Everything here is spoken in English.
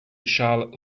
charlotte